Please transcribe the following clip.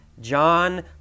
John